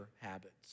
habits